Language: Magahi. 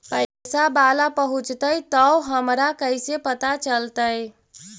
पैसा बाला पहूंचतै तौ हमरा कैसे पता चलतै?